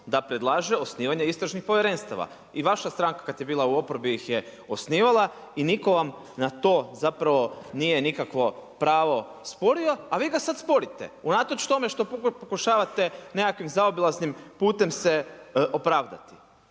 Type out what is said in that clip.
da predlaže osnivanje istražnih povjerenstava. I vaša stranka kada je bila u oporbi ih je osnivala i nitko vam na to nije nikakvo pravo sporio, a vi ga sada sporite unatoč tome što pokušavate nekakvim zaobilaznim putem se opravdati.